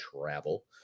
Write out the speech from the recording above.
travel